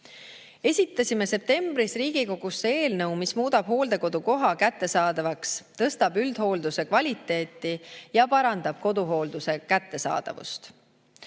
Esitasime septembris Riigikogusse eelnõu, mis muudab hooldekodukoha kättesaadavaks, tõstab üldhoolduse kvaliteeti ja parandab koduhoolduse kättesaadavust.